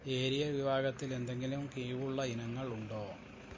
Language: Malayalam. ഏരിയൽ വിഭാഗത്തിൽ എന്തെങ്കിലും കിഴിവുള്ള ഇനങ്ങൾ ഉണ്ടോ